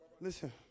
Listen